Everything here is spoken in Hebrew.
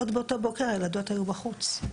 עוד באותו בוקר הילדות היו בחוץ.